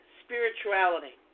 spirituality